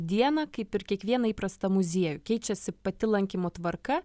dieną kaip ir kiekvieną įprastą muziejų keičiasi pati lankymo tvarka